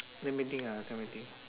let me think ah let me think